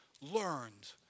learned